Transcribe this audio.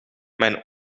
mijn